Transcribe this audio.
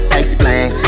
explain